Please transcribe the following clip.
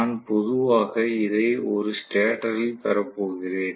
நான் பொதுவாக இதை ஒரு ஸ்டேட்டரில் பெற போகிறேன்